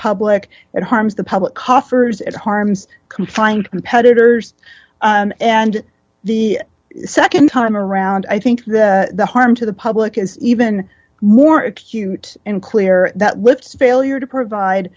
public it harms the public coffers it harms confined competitors and the nd time around i think the harm to the public is even more acute and clear that lifts failure to provide